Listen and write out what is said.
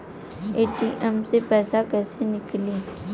ATM से पैसा कैसे नीकली?